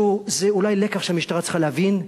זה אולי לקח שהמשטרה צריכה להבין,